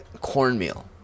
cornmeal